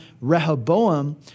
Rehoboam